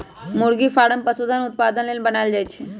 मुरगि फारम पशुधन उत्पादन लेल बनाएल जाय छै